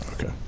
Okay